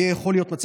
שיכול להיות,